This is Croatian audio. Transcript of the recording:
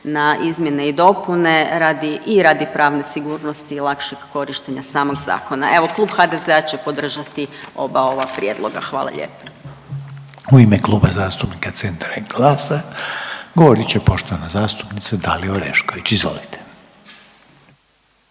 ne izmjene i dopune i radi pravne sigurnosti i lakšeg korištenja samog zakona. Evo klub HDZ-a će podržati oba ova prijedloga. Hvala lijepo. **Reiner, Željko (HDZ)** U ime Kluba zastupnika Centra i GLAS-a govorit će poštovana zastupnica Dalija Orešković. Izvolite.